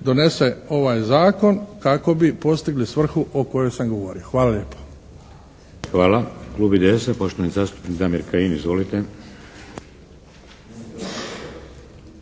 donese ovaj zakon kako bi postigli svrhu o kojoj sam govorio. Hvala lijepo. **Šeks, Vladimir (HDZ)** Hvala. Klub IDS-a, poštovani zastupnik Damir Kajin. Izvolite!